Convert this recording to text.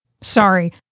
sorry